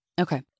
Okay